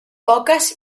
poques